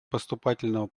поступательного